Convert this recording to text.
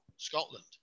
Scotland